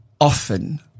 often